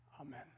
Amen